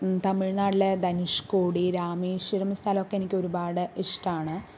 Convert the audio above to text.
തമിഴ്നാടിലെ ധനുഷ്ക്കോടി രാമേശ്വരം സ്ഥലമൊക്കെ എനിക്ക് ഒരുപാട് ഇഷ്ടമാണ്